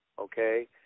okay